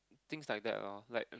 things like that loh like